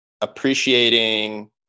appreciating